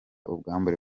ubwambure